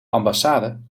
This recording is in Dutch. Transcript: ambassade